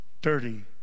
dirty